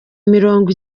mirongo